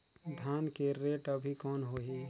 धान के रेट अभी कौन होही?